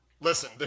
listen